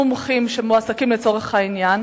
מומחים שמועסקים לצורך העניין,